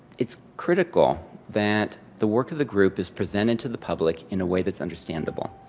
it's critical that the work of the group is presented to the public in a way that's understandable.